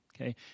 Okay